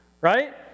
right